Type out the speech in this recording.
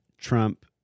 Trump